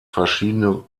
verschiedene